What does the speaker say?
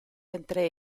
entre